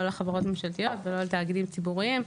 לא לחברות ממשלתיות ולא לתאגידים ציבוריים.